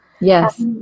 Yes